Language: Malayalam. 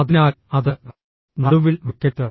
അതിനാൽ അത് നടുവിൽ വയ്ക്കരുത്